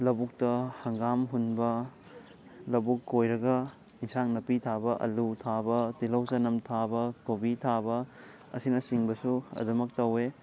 ꯂꯕꯨꯛꯇ ꯍꯪꯒꯥꯝ ꯍꯨꯟꯕ ꯂꯕꯨꯛ ꯀꯣꯏꯔꯒ ꯏꯟꯁꯥꯡ ꯅꯥꯄꯤ ꯊꯥꯕ ꯑꯂꯨ ꯊꯥꯕ ꯇꯤꯂꯧ ꯆꯅꯝ ꯊꯥꯕ ꯀꯣꯕꯤ ꯊꯥꯕ ꯑꯁꯤꯅꯆꯤꯡꯕꯁꯨ ꯑꯗꯨꯃꯛ ꯇꯧꯋꯦ